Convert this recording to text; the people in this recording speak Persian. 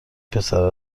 پسره